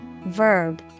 verb